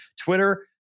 Twitter